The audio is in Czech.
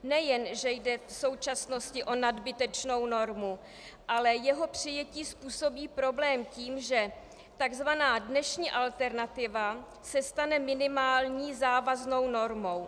Nejen že jde v současnosti o nadbytečnou normu, ale jeho přijetí způsobí problém tím, že tzv. dnešní alternativa se stane minimální závaznou normou.